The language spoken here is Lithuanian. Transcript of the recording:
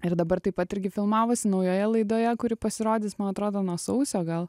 ir dabar taip pat irgi filmavosi naujoje laidoje kuri pasirodys man atrodo nuo sausio gal